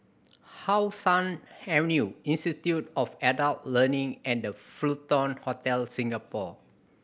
How Sun Avenue Institute of Adult Learning and Fullerton Hotel Singapore